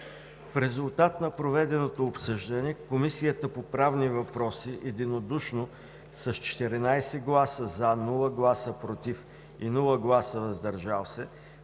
В резултат на проведеното обсъждане Комисията по правни въпроси единодушно с 14 гласа „за“, без гласове „против“ и „въздържал се“